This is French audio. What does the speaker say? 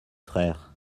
frères